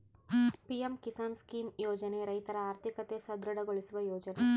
PM Kisan scheme ಯೋಜನೆ ರೈತರ ಆರ್ಥಿಕತೆ ಸದೃಢ ಗೊಳಿಸುವ ಯೋಜನೆ